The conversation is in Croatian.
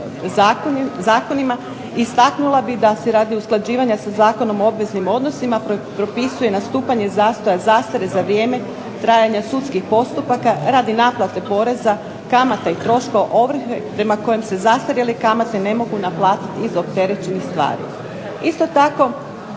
istaknula bih da se radi usklađivanja sa zakonom o obveznim odnosima propisuje nastupanje zastoja zastare za vrijeme trajanja sudskih postupaka radi naplate poreza, kamata i troškova ovrhe prema kojem se zastarjele kamate ne mogu naplatiti iz opterećenih stvari. Isto tako